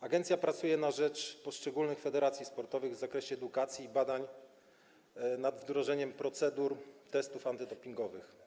Agencja pracuje na rzecz poszczególnych federacji sportowych w zakresie edukacji i badań nad wdrożeniem procedur testów antydopingowych.